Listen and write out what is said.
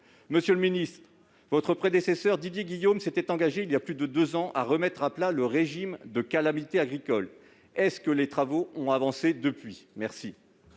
Monsieur le ministre, votre prédécesseur Didier Guillaume s'était engagé, voilà plus de deux ans, à remettre à plat le régime de calamité agricole. Les travaux ont-ils avancé depuis lors